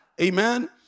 Amen